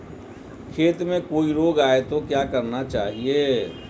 खेत में कोई रोग आये तो क्या करना चाहिए?